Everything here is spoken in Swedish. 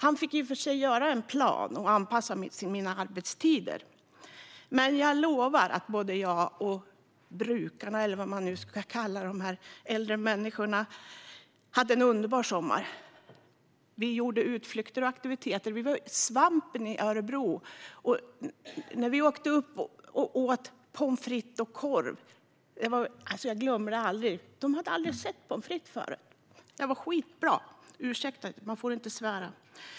Han fick i och för sig göra en plan och anpassa mina arbetstider, men jag lovar att både jag och brukarna, eller vad man nu ska kalla dessa äldre människor, hade en underbar sommar med utflykter och aktiviteter. Vi åkte till Svampen i Örebro och åt pommes frites och korv. Jag glömmer det aldrig - de hade aldrig sett pommes frites förut. Det var skitbra - ursäkta att jag svär!